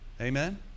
amen